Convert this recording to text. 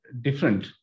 different